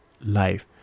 life